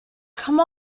come